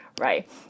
right